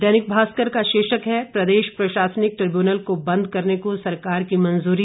दैनिक भास्कर का शीर्षक है प्रदेश प्रशासनिक ट्रिब्यूनल को बंद करने को सरकार की मंजूरी